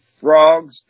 frogs